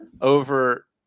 over